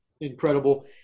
incredible